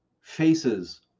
faces